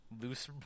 loose